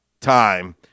time